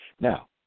Now